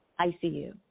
ICU